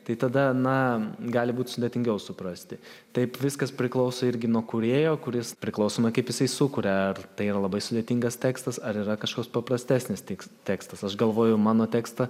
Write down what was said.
tai tada na gali būt sudėtingiau suprasti taip viskas priklauso irgi nuo kūrėjo kuris priklausomai kaip jisai sukuria ar tai yra labai sudėtingas tekstas ar yra kažkoks paprastesnis tiks tekstas aš galvoju mano tekstą